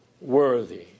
worthy